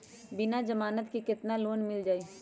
बिना जमानत के केतना लोन मिल जाइ?